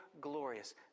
glorious